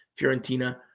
Fiorentina